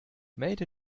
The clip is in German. made